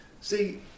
See